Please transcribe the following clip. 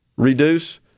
reduce